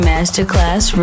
Masterclass